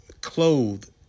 clothed